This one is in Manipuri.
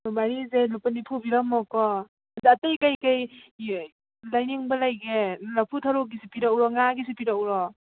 ꯃꯔꯤꯁꯦ ꯂꯨꯄꯥ ꯅꯤꯐꯨ ꯄꯤꯔꯝꯃꯣꯀꯣ ꯑꯗꯩ ꯑꯇꯩ ꯀꯩꯀꯩ ꯂꯩꯅꯤꯡꯕ ꯂꯩꯒꯦ ꯂꯐꯨ ꯊꯔꯣꯒꯤꯁꯤ ꯄꯤꯔꯛꯎꯔꯣ ꯉꯥꯒꯤꯁꯤ ꯄꯤꯔꯛꯎꯔꯣ